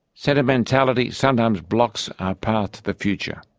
sentimentality sometimes blocks our path to the future.